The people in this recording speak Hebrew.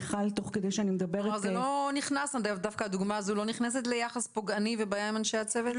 דווקא הדוגמה הזו לא נכנסת ליחס פוגעני ובעיה עם אנשי הצוות?